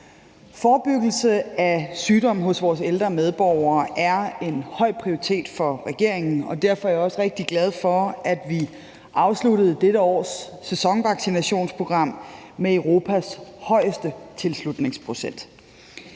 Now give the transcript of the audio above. Forebyggelse af sygdom hos vores ældre medborgere er en høj prioritet for regeringen, og derfor er jeg også rigtig glad for, at vi afsluttede dette års sæsonvaccinationsprogram med Europas højeste tilslutningsprocent.